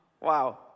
Wow